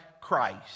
Christ